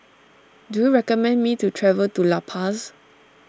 do you recommend me to travel to La Paz